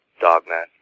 Dogman